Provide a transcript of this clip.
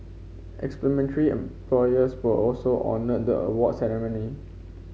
employers were also honoured the award ceremony